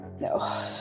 No